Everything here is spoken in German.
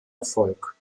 erfolg